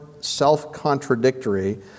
self-contradictory